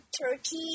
Turkey